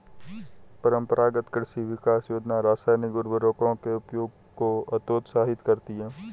परम्परागत कृषि विकास योजना रासायनिक उर्वरकों के उपयोग को हतोत्साहित करती है